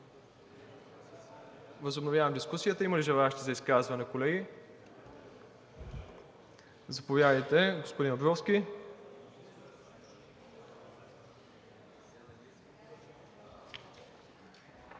Възобновявам дискусията. Има ли желаещи за изказване, колеги? Заповядайте, господин Абровски.